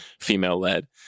female-led